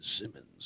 Simmons